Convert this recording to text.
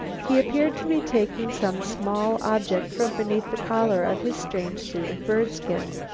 he appeared to be taking some small object from beneath the collar of his strange suit of bird-skin.